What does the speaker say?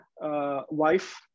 wife